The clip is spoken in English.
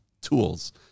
tools